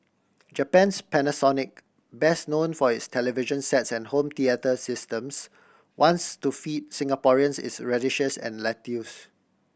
Japan's Panasonic best known for its television sets and home theatre systems wants to feed Singaporeans its radishes and lettuce